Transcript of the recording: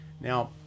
now